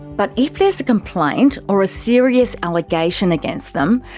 but if there's a complaint or a serious allegation against them,